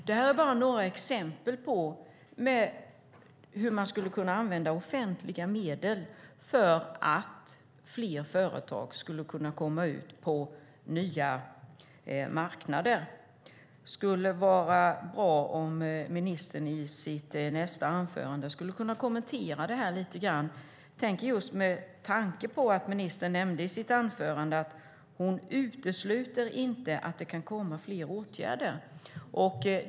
Detta är bara några exempel på hur man skulle kunna använda offentliga medel så att fler företag kommer ut på nya marknader. Det skulle vara bra om ministern i sitt nästa anförande kunde kommentera det lite grann, just med tanke på att ministern i sitt anförande nämnde att hon inte utesluter att det kan komma fler åtgärder.